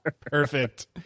Perfect